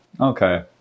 Okay